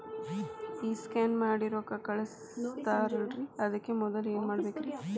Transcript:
ಈ ಸ್ಕ್ಯಾನ್ ಮಾಡಿ ರೊಕ್ಕ ಕಳಸ್ತಾರಲ್ರಿ ಅದಕ್ಕೆ ಮೊದಲ ಏನ್ ಮಾಡ್ಬೇಕ್ರಿ?